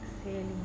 Exhaling